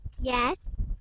Yes